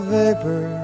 vapor